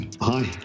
Hi